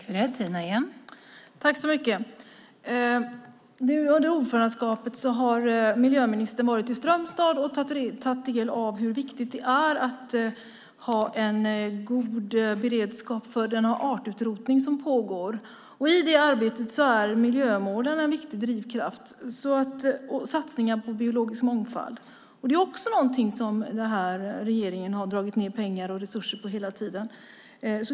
Fru ålderspresident! Nu under ordförandeskapet har miljöministern varit i Strömstad och tagit del av hur viktigt det är att ha en god beredskap för den artutrotning som pågår. I det arbetet är miljömålen en viktig drivkraft och satsningar på biologisk mångfald. Det är också något som den här regeringen har dragit ned pengar och resurser på hela tiden.